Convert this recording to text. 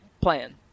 plan